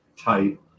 tight